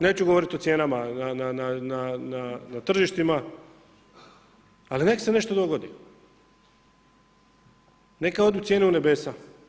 Neću govorit o cijenama na tržištima, ali nek se nešto dogodi, neka odu cijene u nebesa.